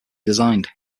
designed